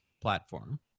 platform